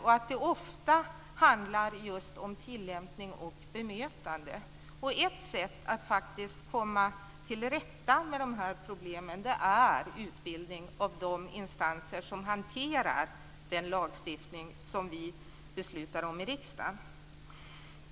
Det handlar ofta just om tillämpning och bemötande. Ett sätt att komma till rätta med de problemen är utbildning av de instanser som hanterar den lagstiftning som vi beslutar om i riksdagen.